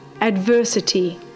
adversity